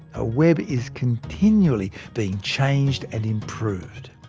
a web is continually being changed and improved.